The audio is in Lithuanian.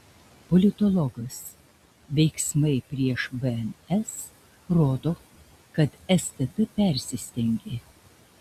politologas veiksmai prieš bns rodo kad stt persistengė